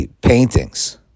paintings